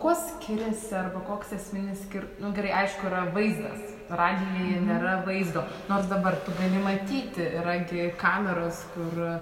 kuo skiriasi arba koks esminis skir nu gerai aišku yra vaizdas radijuje nėra vaizdo nors dabar tu gali matyti yra gi kameros kur